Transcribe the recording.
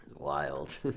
wild